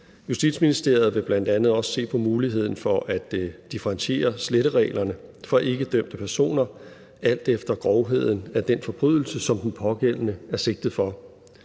Justitsministeriet vil bl.a. også se på muligheden for at differentiere slettereglerne for ikkedømte personer alt efter grovheden af den forbrydelse, som den pågældende er sigtet for.